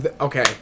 Okay